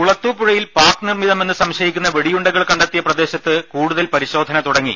കുളത്തൂപ്പുഴയിൽ പാക്നിർമ്മിതമെന്ന് സംശയിക്കുന്ന വെടിയുകൾ കത്തിയ പ്രദേശത്ത് കൂടുതൽ പരിശോധന തുടങ്ങി